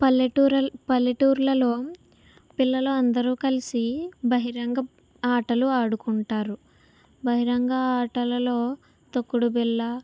పల్లెటూళ్ళు పల్లెటూళ్ళలో పిల్లలు అందరూ కలిసి బహిరంగ ఆటలు ఆడుకుంటారు బహిరంగ ఆటలలో తొక్కుడు బిళ్ళ